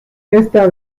esta